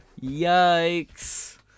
Yikes